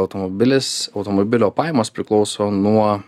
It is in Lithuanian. automobilis automobilio pajamos priklauso nuo